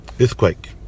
earthquake